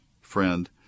friend